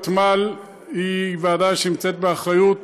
הוותמ"ל היא ועדה שבאחריות